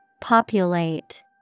Populate